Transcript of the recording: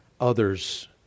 others